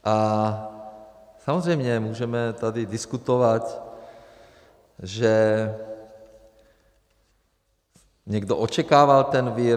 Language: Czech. A samozřejmě můžeme tady diskutovat, že někdo očekával ten vir.